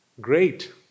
great